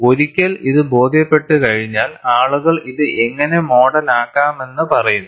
ഒരിക്കൽ ഇത് ബോധ്യപ്പെട്ടുകഴിഞ്ഞാൽ ആളുകൾ ഇത് എങ്ങനെ മോഡൽ ആക്കാമെന്ന് പറയുന്നു